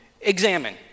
examine